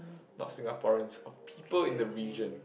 not Singaporeans of people in the region